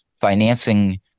financing